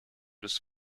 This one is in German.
des